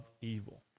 evil